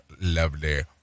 lovely